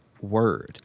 word